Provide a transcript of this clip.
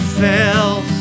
fails